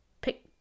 pick